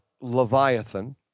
Leviathan